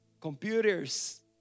computers